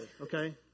okay